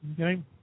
Okay